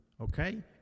okay